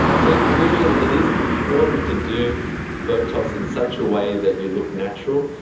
so in conclusion, it is important to do botox in such a way that you look natural,